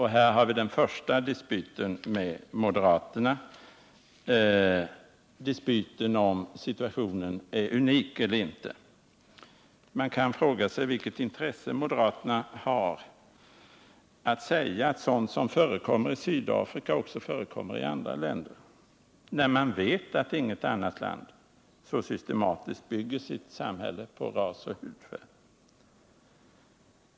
Här har vi den första dispyten med moderaterna, dispyten om huruvida situationen i Sydafrika är unik eller inte. Man kan fråga sig vilket intresse moderaterna har av att säga att sådant som förekommer i Sydafrika också förekommer i andra länder, när man vet att inget annat land så systematiskt bygger sitt samhälle på ras och hudfärg.